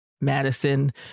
Madison